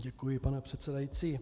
Děkuji, pane předsedající.